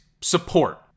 support